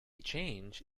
change